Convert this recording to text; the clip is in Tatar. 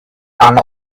аны